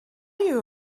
you